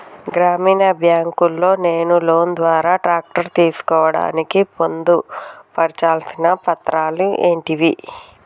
గ్రామీణ బ్యాంక్ లో నేను లోన్ ద్వారా ట్రాక్టర్ తీసుకోవడానికి పొందు పర్చాల్సిన పత్రాలు ఏంటివి?